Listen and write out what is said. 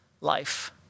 life